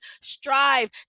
Strive